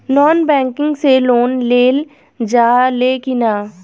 Non banking से loan लेल जा ले कि ना?